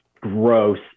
gross